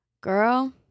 Girl